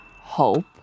Hope